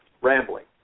rambling